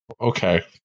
Okay